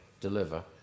deliver